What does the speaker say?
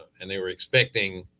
and they were expecting